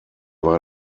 war